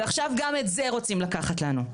ועכשיו גם את זה רוצים לקחת לנו,